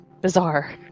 bizarre